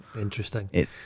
Interesting